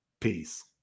peace